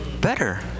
better